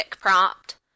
prompt